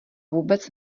vůbec